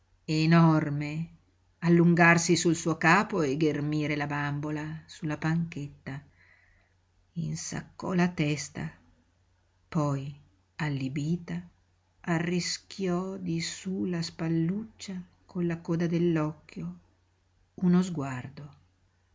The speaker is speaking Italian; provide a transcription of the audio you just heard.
enorme allungarsi sul suo capo e ghermire la bambola su la panchetta insaccò la testa poi allibita arrischiò di su la spalluccia con la coda dell'occhio uno sguardo